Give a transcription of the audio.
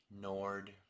Nord